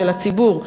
של הציבור.